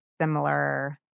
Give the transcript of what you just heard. similar